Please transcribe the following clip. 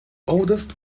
oldest